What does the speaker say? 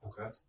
Okay